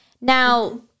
Now